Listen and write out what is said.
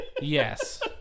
Yes